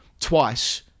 twice